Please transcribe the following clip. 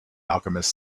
alchemist